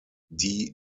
die